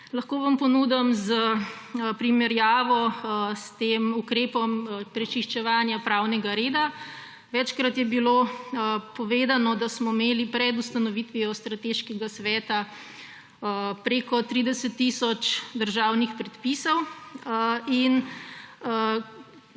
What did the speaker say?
Lahko vam ponudim primerjavo s tem ukrepom prečiščevanja pravnega reda. Večkrat je bilo povedano, da smo imeli pred ustanovitvijo strateškega sveta preko 30 tisoč državnih predpisov.